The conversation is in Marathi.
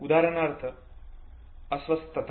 उदाहरणार्थ अस्वस्थता